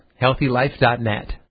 HealthyLife.net